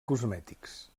cosmètics